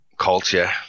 Culture